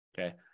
Okay